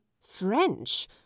french